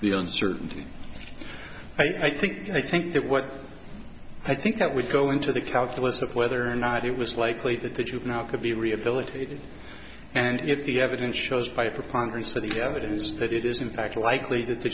the uncertainty i think i think that what i think that would go into the calculus of whether or not it was likely that the juvenile could be rehabilitated and if the evidence shows by preponderance of the evidence that it is in fact likely t